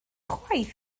chwaith